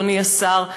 אדוני השר,